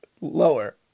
Lower